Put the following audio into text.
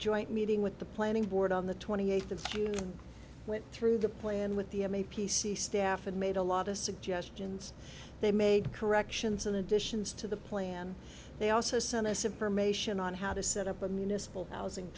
joint meeting with the planning board on the twenty eighth and went through the plan with the staff and made a lot of suggestions they made corrections and additions to the plan they also sent us information on how to set up a municipal housing